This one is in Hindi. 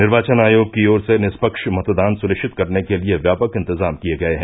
निर्वाचन आयोग की ओर से निष्पक्ष मतदान सुनिश्चित करने के लिये व्यापक इंतजाम किये गये हैं